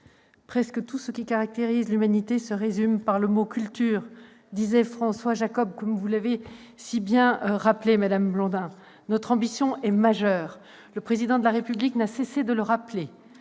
Presque tout ce qui caractérise l'humanité se résume par le mot culture », affirmait François Jacob, comme vous l'avez rappelé, madame Blondin. Notre ambition est majeure. Le Président de la République n'a cessé de le rappeler